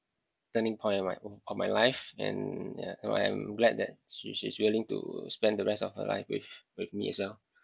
turning point of my of my life and ya I am glad that she she's willing to spend the rest of her life with with me as well